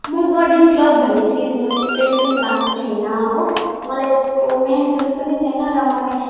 म birding club भन्ने चिजमा चाहिँ कहिले पनि गएको छुइनँ हो मलाई यसको मेहसुस पनि छैन र मलाई